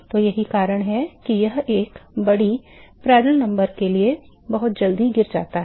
तो यही कारण है कि यह एक बड़ी प्रांटल संख्या के लिए बहुत जल्दी गिर जाता है